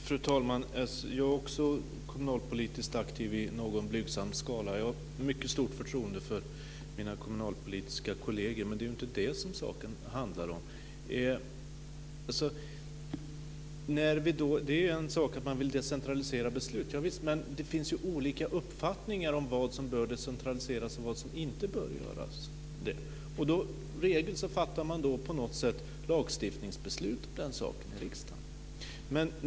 Fru talman! Jag är också kommunalpolitiskt aktiv i någon blygsam skala. Jag har mycket stort förtroende för mina kommunalpolitiska kolleger. Men det är inte det saken handlar om. Det är en sak att man vill decentralisera beslut. Men det finns olika uppfattningar om vad som bör decentraliseras och vad som inte bör decentraliseras. I regel fattas ett lagstiftningsbeslut om den saken i riksdagen.